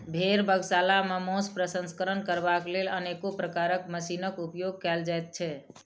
भेंड़ बधशाला मे मौंस प्रसंस्करण करबाक लेल अनेको प्रकारक मशीनक उपयोग कयल जाइत छै